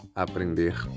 aprender